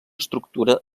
estructura